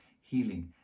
healing